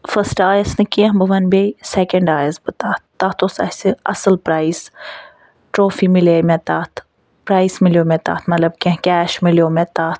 first آیَس نہٕ کیٚنٛہہ بہٕ وَنہٕ بیٚیہِ سیٚکَنٛڈٕ آیَس بہٕ تَتھ تَتھ اوس اسہِ اصٕل پرٛایِس ٹرٛافی مِلے مےٚ تَتھ پرٛایِس مِلیٛو مےٚ تَتھ مطلب کیٚنٛہہ کیش مِلیٛو مےٚ تَتھ